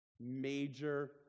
major